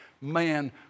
man